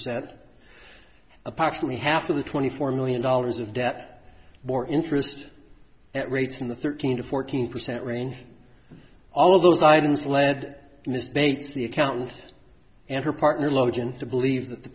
cent approximately half of the twenty four million dollars of debt more interest rates in the thirteen to fourteen percent range all of those items led miss bates the accountant and her partner logan to believe that the